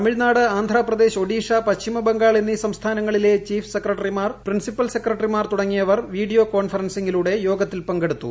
തമിഴ് നാട് ആന്ധ്രാപ്രദേശ് ഒഡിഷ പശ്ചിമബംഗാൾ എന്നീ സംസ്ഥാനങ്ങളിലെ ചീഫ്സെക്രട്ടറിമാർ പ്രിൻസിപ്പൽ സെക്രട്ടറിമാർ തുടങ്ങിയവർ വീഡിയോ കോൺഫറൻസിംഗിലൂടെ യോഗത്തിൽ പങ്കെടുത്തു